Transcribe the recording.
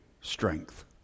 strength